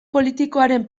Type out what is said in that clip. politikoaren